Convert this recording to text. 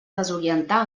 desorientar